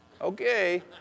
okay